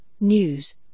news